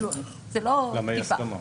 זאת לא תקיפה.